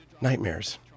nightmares